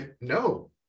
No